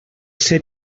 ser